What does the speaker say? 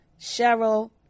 Cheryl